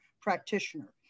practitioner